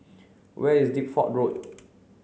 where is Deptford Road